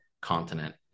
continent